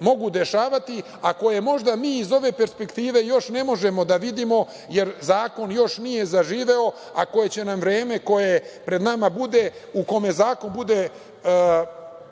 mogu dešavati, a koje možda mi iz ove perspektive još ne možemo da vidimo jer zakon još nije zaživeo, a koje će nam vreme koje pred nama bude, u kome zakon bude